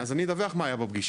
אז אני אדווח מה היה בפגישה.